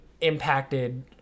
impacted